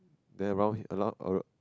then around a around a